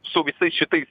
su visais šitais